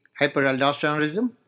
hyperaldosteronism